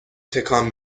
تکان